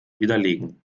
widerlegen